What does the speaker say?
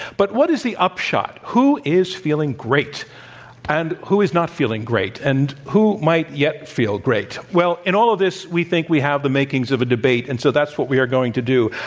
but what is the upshot? who is feeling great and who is not feeling great, and who might yet feel great? well, in all of this, we think we have the makings of a debate, and so that's what we are going to do.